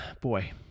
boy